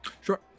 Sure